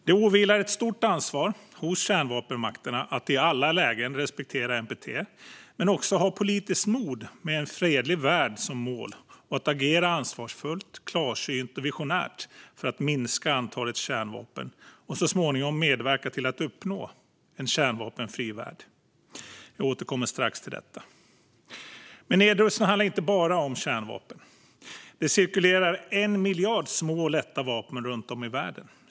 Det åvilar ett stort ansvar hos kärnvapenmakterna att i alla lägen respektera NPT men också ha politiskt mod med en fredlig värld som mål och att agera ansvarsfullt, klarsynt och visionärt för att minska antalet kärnvapen och så småningom medverka till att uppnå en kärnvapenfri värld. Jag återkommer strax till detta. Men nedrustning handlar inte bara om kärnvapen. Det cirkulerar 1 miljard små och lätta vapen runt om i världen.